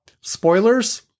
Spoilers